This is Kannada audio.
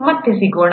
ಮತ್ತೆ ಸಿಗೋಣ